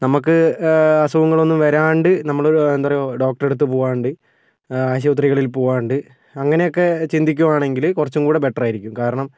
നമുക്ക് അസുഖങ്ങളൊന്നും വരാണ്ട് നമ്മള് എന്താ പറയുക ഡോക്ടറെടുത്ത് പോകാണ്ട് ആശുപത്രികളിൽ പോകാണ്ട് അങ്ങനെയൊക്കെ ചിന്തിക്കുവാണെങ്കില് കുറച്ചും കൂടെ ബെറ്ററായിരിക്കും കാരണം